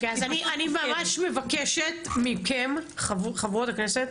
אני ממש מבקשת מכן, חברות הכנסת,